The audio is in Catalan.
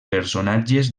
personatges